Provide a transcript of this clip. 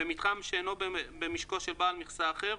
במתחם שאינו במשקו של בעל מכסה אחר,